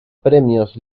premios